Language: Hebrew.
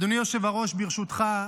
אדוני היושב-ראש, ברשותך,